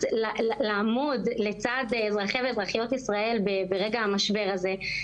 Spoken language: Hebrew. לעמוד לצד אזרחי ואזרחיות ישראל ברגע המשבר הזה.